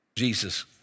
Jesus